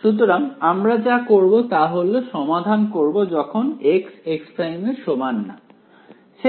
সুতরাং আমরা যা করব তা হল সমাধান করব যখন x ≠ x′